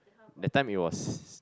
that time it was